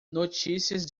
notícias